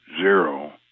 zero